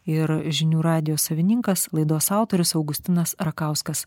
ir žinių radijo savininkas laidos autorius augustinas rakauskas